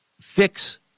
Fix